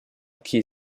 key